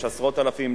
יש עשרות-אלפים,